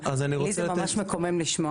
אותי זה ממש מקומם לשמוע.